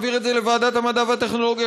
להעביר את זה לוועדת המדע והטכנולוגיה,